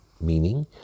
meaning